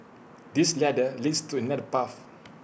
this ladder leads to another path